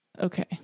okay